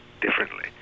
differently